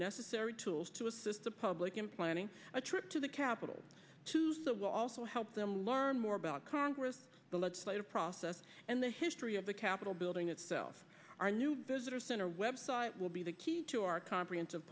necessary tools to assist the public in planning a trip to the capital to so will also help them learn more about congress the legislative process and the history of the capitol building itself our new visitor center website will be the key to our comprehensive